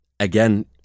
Again